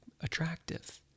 attractive